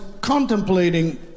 contemplating